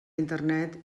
internet